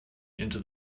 into